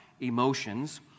emotions